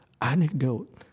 anecdote